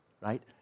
Right